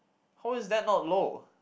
how is that not low